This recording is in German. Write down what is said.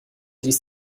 dies